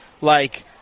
like-